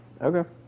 Okay